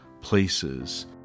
places